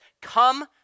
come